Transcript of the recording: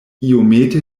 iomete